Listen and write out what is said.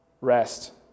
Rest